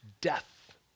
death